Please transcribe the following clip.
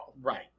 Right